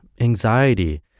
anxiety